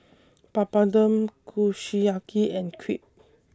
Papadum Kushiyaki and Crepe